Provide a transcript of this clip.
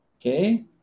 Okay